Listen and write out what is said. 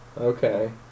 Okay